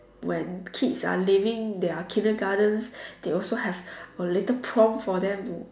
when kids are leaving their kindergartens they also have a little prom for them